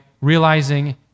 realizing